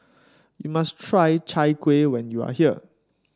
you must try Chai Kuih when you are here